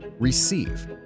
Receive